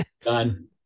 Done